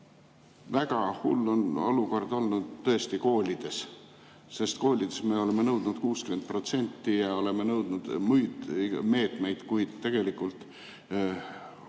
Väga hull on olukord olnud koolides. Koolides me oleme nõudnud 60% ja oleme nõudnud muid meetmeid, kuid tegelikult koolides,